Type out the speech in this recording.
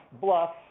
bluff